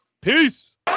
Peace